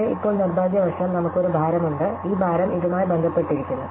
പക്ഷേ ഇപ്പോൾ നിർഭാഗ്യവശാൽ നമുക്ക് ഒരു ഭാരം ഉണ്ട് ഈ ഭാരം ഇതുമായി ബന്ധപ്പെട്ടിരിക്കുന്നു